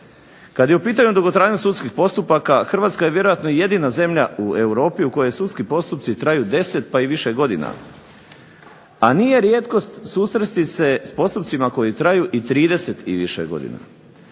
Kad je u pitanju dugotrajnost sudskih postupaka Hrvatska je vjerojatno jedina zemlja u Europi u kojoj sudski postupci traju 10 pa i više godina, a nije rijetkost susresti se s postupcima koji traju i 30 i više godina.